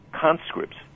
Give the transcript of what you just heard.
conscripts